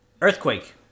Earthquake